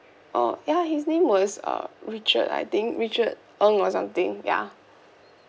oh ya his name was uh richard I think richard ng or something ya